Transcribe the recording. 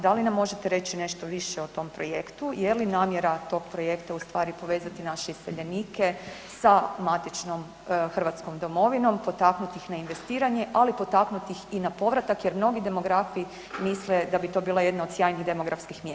Da li nam možete reći nešto više o tom projektu i je li namjera tog projekta ustvari povezati naše iseljenike sa matičnom hrvatskom domovinom, potaknuti ih na investiranje, ali potaknuti ih i na povratak jer mnogi demografi misle da bi to bila jedna od sjajnih demografskih mjera.